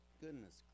Goodness